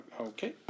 Okay